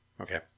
Okay